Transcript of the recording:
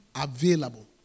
available